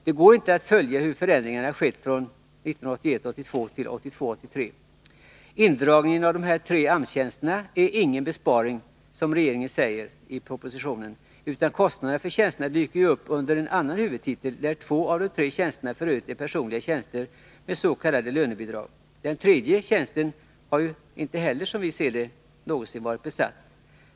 Det går inte att följa hur förändringarna skett från 1981 83. 3. Indragning av tre AMS-tjänster är ingen besparing, som regeringen säger i propositionen, utan kostnaderna för tjänsterna dyker upp under annan huvudtitel, där två av de tre tjänsterna f. ö. är personliga tjänster med s.k. lönebidrag. Den tredje tjänsten har inte heller, som vi ser det, någonsin varit besatt.